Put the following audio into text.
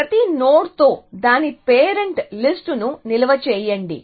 ప్రతి నోడ్తో దాని పేరెంట్ లిస్ట్ ను నిల్వ చేయండి